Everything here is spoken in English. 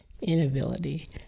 inability